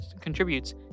contributes